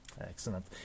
Excellent